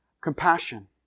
compassion